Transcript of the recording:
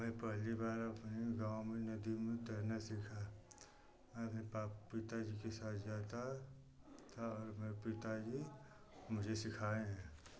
मैं पहली बार अपने गाँव में नदी में तैरना सीखा अरे पाप पिता जी के साथ जाता था और मैं पिता जी मुझे सिखाए हैं